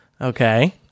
Okay